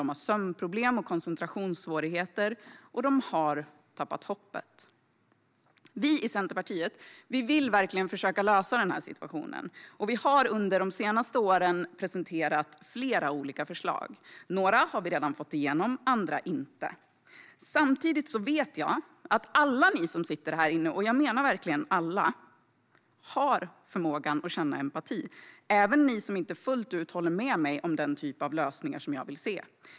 De har sömnproblem och koncentrationssvårigheter, och de har tappat hoppet. Vi i Centerpartiet vill verkligen försöka lösa denna situation. Vi har under de senaste åren presenterat flera olika förslag. Några har vi redan fått igenom, andra inte. Samtidigt vet jag att alla ni som sitter här inne - jag menar verkligen alla - har förmåga att känna empati, även ni som inte fullt ut håller med om den typ av lösningar som jag vill se.